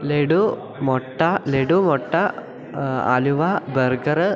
ലഡു മുട്ട ലഡു മൊട്ട അലുവ ബർഗറ്